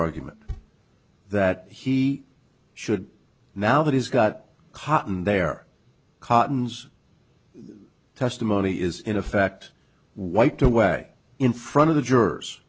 argument that he should now that he's got cotton there cottons the testimony is in effect wiped away in front of the jurors